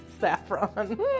Saffron